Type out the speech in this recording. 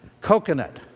coconut